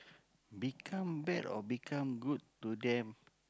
become bad or become good to them